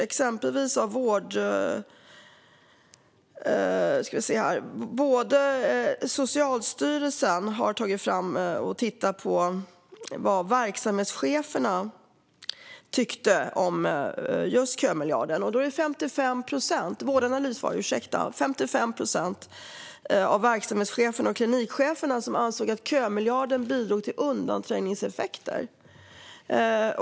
Exempelvis har Vårdanalys tittat på vad verksamhetscheferna tyckte om just kömiljarden, och 55 procent av verksamhets och klinikcheferna ansåg att kömiljarden bidrog till undanträngningseffekter.